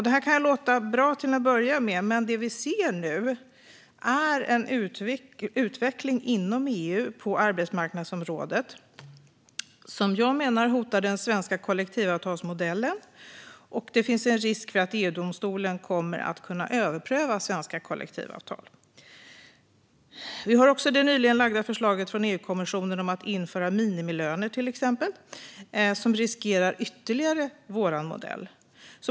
Det här kan låta bra till att börja med, men det vi ser nu är en utveckling inom EU på arbetsmarknadsområdet som jag menar hotar den svenska kollektivavtalsmodellen. Det finns också en risk för att EU-domstolen kommer att kunna överpröva svenska kollektivavtal. Vi har också det nyligen framlagda förslaget från EU-kommissionen om att införa minimilöner, som utgör ytterligare en risk för vår modell.